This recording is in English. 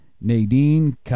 Nadine